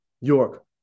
York